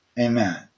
Amen